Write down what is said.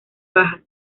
bajas